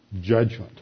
judgment